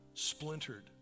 splintered